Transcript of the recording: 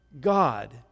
God